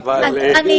אפשרות.